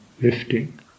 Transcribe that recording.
lifting